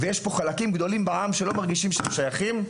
יש חלקים גדולים בעם שלא מרגישים שהם שייכים,